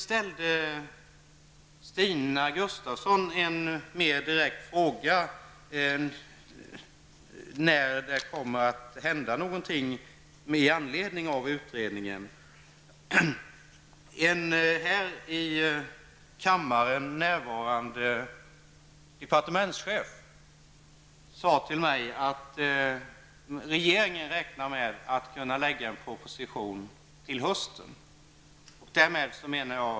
Stina Gustavsson frågade mig när det kommer att hända något med anledning av utredningen. En här i kammaren närvarande departementschef har sagt till mig att regeringen räknar med att kunna lägga fram en proposition till hösten.